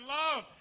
love